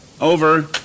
Over